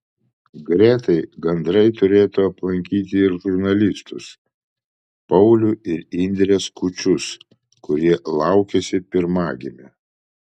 gretai gandrai turėtų aplankyti ir žurnalistus paulių ir indrę skučus kurie laukiasi pirmagimio